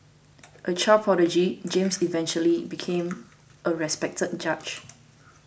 a child prodigy James eventually became a respected judge